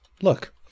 look